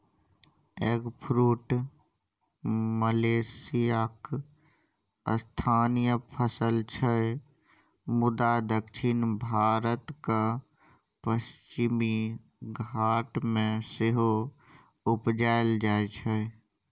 eggfruit मलेशियाक स्थानीय फसल छै मुदा दक्षिण भारतक पश्चिमी घाट मे सेहो उपजाएल जाइ छै